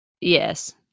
Yes